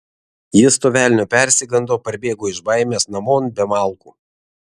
jis to velnio persigando parbėgo iš baimės namon be malkų